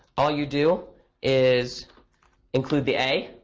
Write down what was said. all you do is include the a,